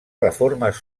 reformes